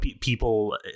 people